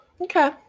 okay